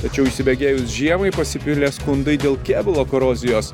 tačiau įsibėgėjus žiemai pasipylė skundai dėl kėbulo korozijos